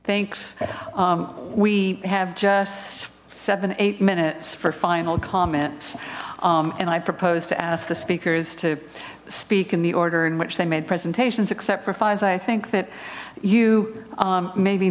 thanks we have just seven eight minutes for final comments and i propose to ask the speakers to speak in the order in which they made presentations except revise i think that you maybe